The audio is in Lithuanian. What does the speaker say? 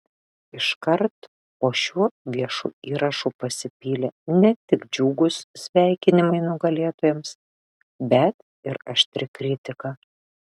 iškart po šiuo viešu įrašu pasipylė ne tik džiugūs sveikinimai nugalėtojams bet ir aštri kritika